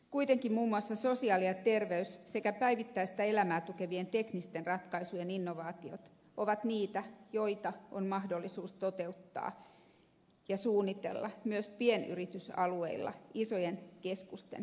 kuitenkin muun muassa sosiaali ja terveysinnovaatiot sekä päivittäistä elämää tukevien teknisten ratkaisujen innovaatiot ovat niitä joita on mahdollisuus toteuttaa ja suunnitella myös pienyritysalueilla isojen keskusten ulkopuolella